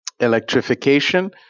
electrification